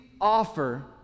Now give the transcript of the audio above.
offer